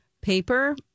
Paper